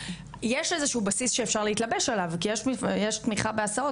יש בסיס שאפשר להתלבש עליו כי יש תמיכה בהסעות